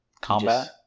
Combat